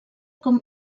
com